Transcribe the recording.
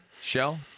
Shell